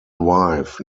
wife